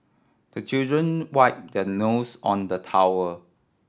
the children wipe their nose on the towel